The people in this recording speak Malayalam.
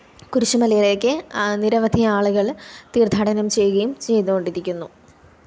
കുരിശുമലയിലേക്ക് നിരവധി ആളുകൾ തീര്ത്ഥാടനം ചെയ്യുകയും ചെയ്തുകൊണ്ടിരിക്കുന്നു